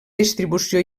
distribució